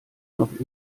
noch